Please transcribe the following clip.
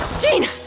Gene